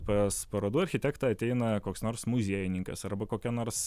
pas parodų architektą ateina koks nors muziejininkas arba kokia nors